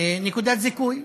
נקודת זיכוי,